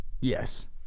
Yes